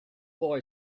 boy